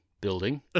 building